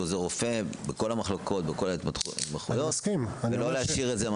עוזר רופא בכל המחלקות ובכל ההתמחויות ולא להשאיר את זה.